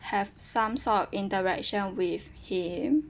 have some sort interaction with him